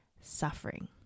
suffering